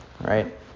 right